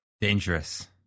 Dangerous